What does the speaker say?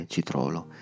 Citrolo